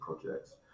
projects